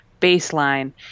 baseline